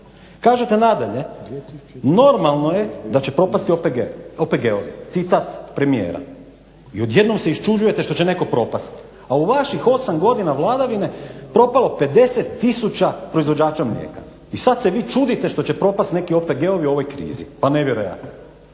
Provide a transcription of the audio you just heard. Kažete nadalje, normalno je da će propasti OPG, OPG-ovi citat premijera. I odjednom se iščuđujete što će netko propast, a u vaših 8 godina vladavine propalo 50 tisuća proizvođača mlijeka i sad se vi čudite što će propast neki OPG-ovi u krizi, pa nevjerojatno.